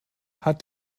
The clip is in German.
hat